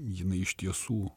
jinai iš tiesų